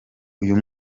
uyu